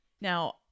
Now